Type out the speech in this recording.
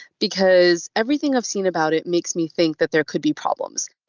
because everything i've seen about it makes me think that there could be problems